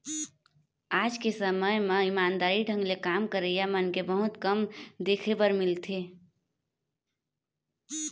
आज के समे म ईमानदारी ढंग ले काम करइया मनखे बहुत कम देख बर मिलथें